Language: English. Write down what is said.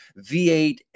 v8